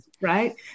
right